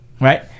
right